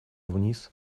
вниз